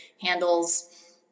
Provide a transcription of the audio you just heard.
handles